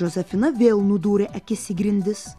džozefina vėl nudūrė akis į grindis